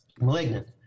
malignant